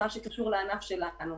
שקשור לענף שלנו.